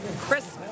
Christmas